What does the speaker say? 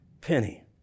penny